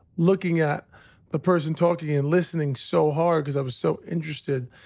looking at the person talking and listening so hard cause i was so interested.